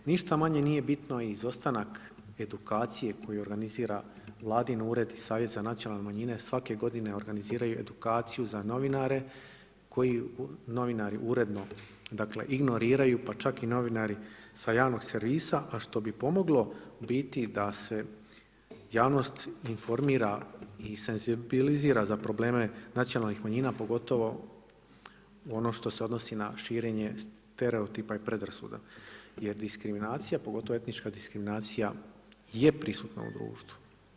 Ništa manje nije bitno izostanak edukacije koju organizira Vladin ured savjet za nacionalne manjine svake godine organiziraju edukaciju za novinare koju novinari uredno ignoriraju, pa čak i novinari sa javnog servisa, a što bi pomoglo u biti da se javnost informira i senzibilizira za probleme nacionalnih manjina pogotovo ono što se odnosi na širenje stereotipa i predrasuda je diskriminacija, pogotovo etnička diskriminacija je prisutna u društvu.